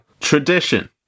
Tradition